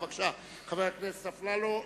חבר הכנסת אפללו,